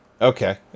Okay